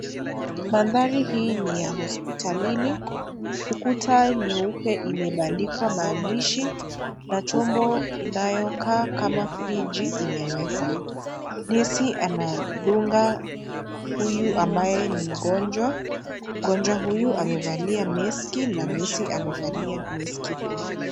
Mandhari hii ni ya hospitalini, Ukuta nyeupe imebandikwa na chombo inayo kaa kama fridgi imewekwa. Nesi andunga huyu ambaye ni mgonjwa. Mgonjwa amevalia meski na nesi pia amevalia meski pia.